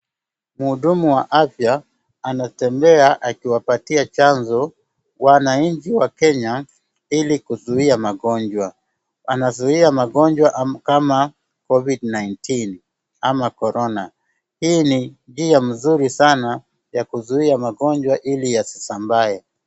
Muhudumu wa afya anatembea akiwapatia chazo wanainchi wa Kenya ili kuzuia magonjwa. Anazuia magonjwa kama Covid-19 ama korona. Hii ni njia mzuri sana ya kuzuia magonjwa ili yasisambae.